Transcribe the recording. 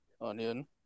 onion